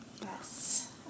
Yes